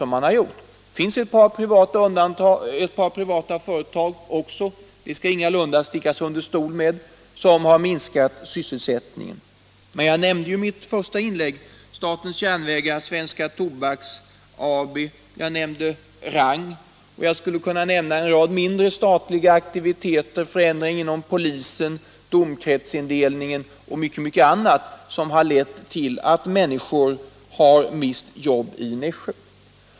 Det finns även ett par privata företag — det skall det ingalunda stickas under stol med — som har minskat sysselsättningen. Men jag nämnde i mitt första inlägg statens järnvägar, Svenska Tobaks AB, Rang, och jag skulle nämna en rad mindre, statliga aktiviteter — förändringar inom polisen, domkretsindelningen och mycket annat — som har lett till att människor har mist jobb i Nässjö.